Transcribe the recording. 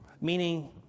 meaning